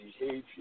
behavior